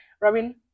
Robin